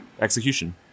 execution